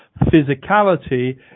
physicality